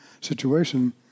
situation